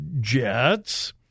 jets